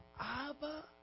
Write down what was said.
Abba